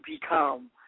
become